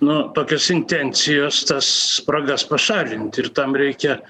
nu tokios intencijos tas spragas pašalinti ir tam reikia